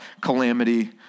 calamity